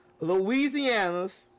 Louisiana's